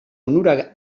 onura